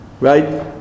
Right